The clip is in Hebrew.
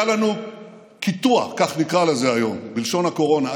היה לנו קיטוע, כך נקרא לזה היום, בלשון הקורונה.